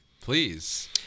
please